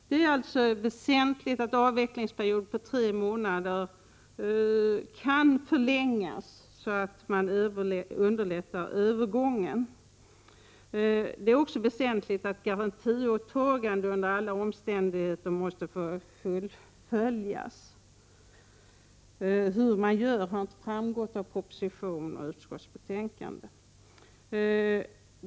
Det är väsentligt att avvecklingsperioder på tre månader kan förlängas så att övergångar underlättas. Det är också väsentligt att garantiåtaganden under alla omständigheter kan fullföljas. Hur det skall gå till har inte framgått i propositionen eller utskottsbetänkandet.